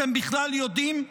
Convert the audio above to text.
אתם בכלל יודעים?